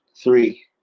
Three